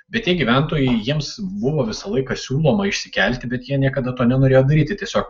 bet tie gyventojai jiems buvo visą laiką siūloma išsikelti bet jie niekada to nenorėjo daryti tiesiog